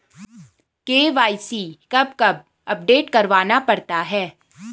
KYC कब कब update करवाना पड़ता है?